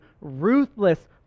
ruthless